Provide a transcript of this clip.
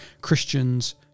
Christians